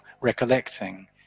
recollecting